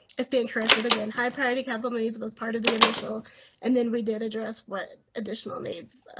ah stand corrected again. high priority capital needs was part of the initial and then we did address what additional needs